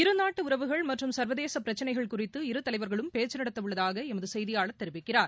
இரு நாட்டு உறவுகள் மற்றும் சா்வதேச பிரச்சிளைகள் குறித்து இரு தலைவா்களும் பேச்சு நடத்த உள்ளதாக எமது செய்தியாளர் தெரிவிக்கிறார்